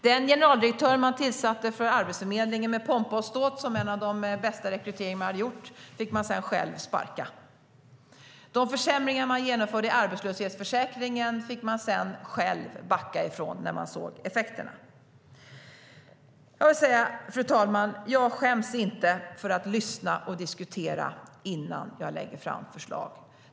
Den generaldirektör man med pompa och ståt tillsatte för Arbetsförmedlingen, och som skulle vara en av de bästa rekryteringar man gjort, fick man sedan själv sparka. De försämringar man genomförde i arbetslöshetsförsäkringen fick man backa från när man såg effekterna. Fru talman! Jag vill säga att jag inte skäms att lyssna och diskutera innan jag lägger fram förslag.